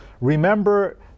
remember